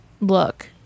look